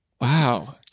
Wow